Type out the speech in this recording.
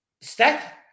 Stack